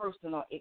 personal